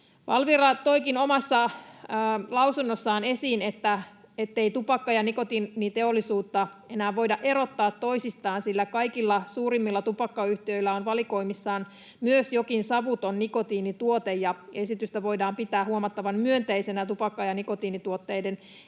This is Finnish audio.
Valvira toikin omassa lausunnossaan esiin, ettei tupakka- ja nikotiiniteollisuutta enää voida erottaa toisistaan, sillä kaikilla suurimmilla tupakkayhtiöillä on valikoimissaan myös jokin savuton nikotiinituote, ja esitystä voidaan pitää huomattavan myönteisenä tupakka- ja nikotiinituotteiden